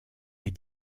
est